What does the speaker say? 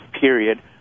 period